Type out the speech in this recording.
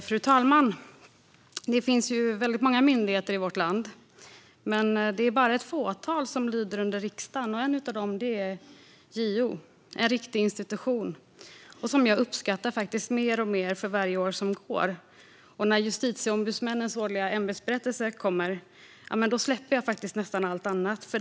Fru talman! Det finns väldigt många myndigheter i vårt land. Men det är bara ett fåtal som lyder under riksdagen. En av dem är JO. Det är en riktig institution som jag uppskattar alltmer för varje år som går. När Justitieombudsmannens årliga ämbetsberättelse kommer släpper jag nästan allt annat.